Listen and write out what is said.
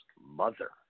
mother